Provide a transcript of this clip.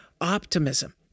optimism